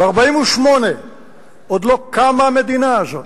ב-1948 עוד לא קמה המדינה הזאת,